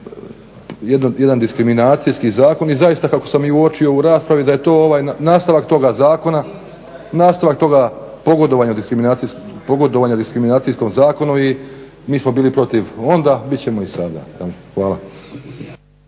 jedan diskriminacijski zakon i zaista kako sam i uočio u raspravi da je to nastavak toga zakona, nastavak toga pogodovanja diskriminacijskom zakonu i mi smo bili protiv onda, bit ćemo i sada. Hvala.